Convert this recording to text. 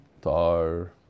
tar